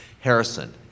Harrison